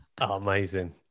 amazing